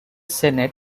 senate